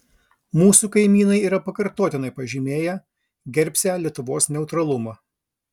mūsų kaimynai yra pakartotinai pažymėję gerbsią lietuvos neutralumą